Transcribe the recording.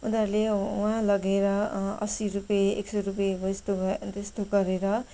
उनीहरूले वहाँ लगेर असी रुपियाँ एक सौ रुपियाँ हो यस्तो ब यस्तो गरेर